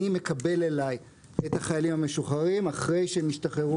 אני מקבל אלי את החיילים המשוחררים אחרי שהם השתחררו